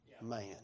man